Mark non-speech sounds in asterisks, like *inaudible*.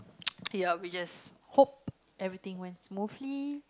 *noise* ya we just hope everything went smoothly